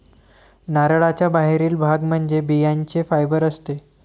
नारळाचा बाहेरील भाग म्हणजे बियांचे फायबर असते